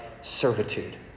Servitude